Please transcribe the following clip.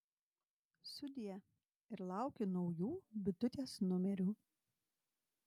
sudie ir laukiu naujų bitutės numerių